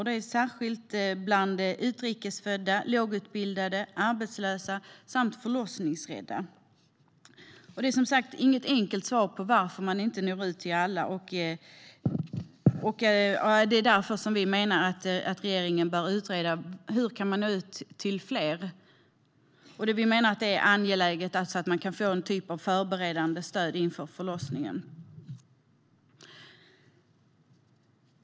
Särskilt vanligt är det bland exempelvis utrikes födda, lågutbildade, arbetslösa och förlossningsrädda. Det finns som sagt inget enkelt svar på varför man inte når ut till alla. Därför menar vi att regeringen bör utreda hur man kan nå ut till fler. Vi menar att det är angeläget att alla får ett förberedande stöd inför förlossningen.